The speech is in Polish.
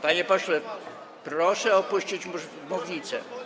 Panie pośle, proszę opuścić mównicę.